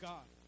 God